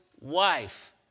wife